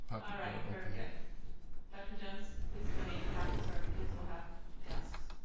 all right very good dr. jones please go make it happen so our kids will have desks